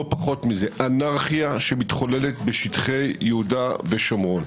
לא פחות מזה אנרכיה שמתחוללת בשטחי יהודה ושומרון.